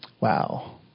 Wow